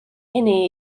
hynny